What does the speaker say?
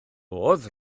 modd